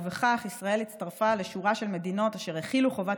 ובכך ישראל הצטרפה לשורה של מדינות אשר החילו חובת